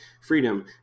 freedom